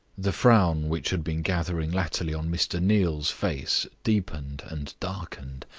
the frown which had been gathering latterly on mr. neal's face deepened and darkened.